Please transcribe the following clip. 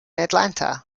atlanta